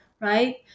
right